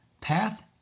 Path